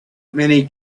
many